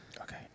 Okay